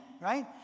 right